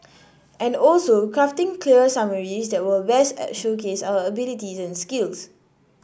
and also crafting clear summaries that will best showcase our abilities and skills